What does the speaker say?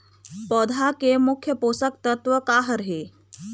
पौधा के मुख्य पोषकतत्व का हर हे?